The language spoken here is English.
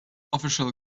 official